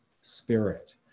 spirit